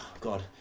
God